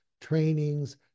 trainings